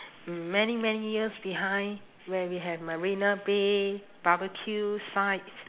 many many years behind where we have marina bay barbecue sites